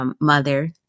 mother